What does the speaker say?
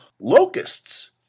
locusts